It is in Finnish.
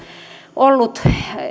ollut